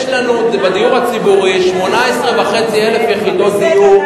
יש לנו בדיור הציבורי 18,500 יחידות דיור,